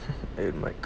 I am mike